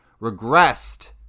regressed